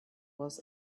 was